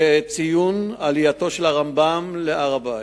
לציון עלייתו של הרמב"ם להר-הבית.